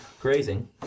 grazing